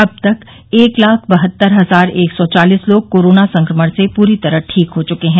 अब तक एक लाख बहत्तर हजार एक सौ चालिस लोग कोरोना संक्रमण से पूरी तरह ठीक हो चुके हैं